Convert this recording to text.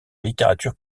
littérature